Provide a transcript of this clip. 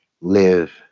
live